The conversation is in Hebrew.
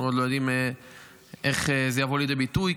אנחנו עוד לא יודעים איך זה יבוא לידי ביטוי,